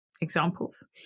examples